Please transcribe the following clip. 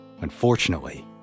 Unfortunately